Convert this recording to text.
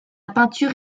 peinture